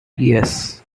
yes